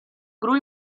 gru